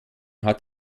hat